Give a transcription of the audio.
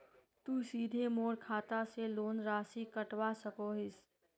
तुई सीधे मोर खाता से लोन राशि कटवा सकोहो हिस?